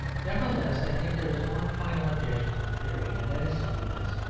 nevertheless, i think, there is one final objection to the theory and that is simply this,